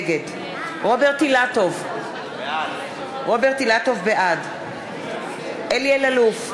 נגד רוברט אילטוב, בעד אלי אלאלוף,